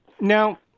Now